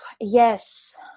Yes